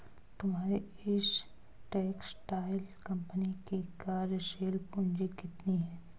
तुम्हारी इस textile company की कार्यशील पूंजी कितनी है?